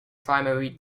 primary